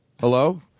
Hello